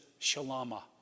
Shalama